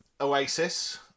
Oasis